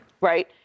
Right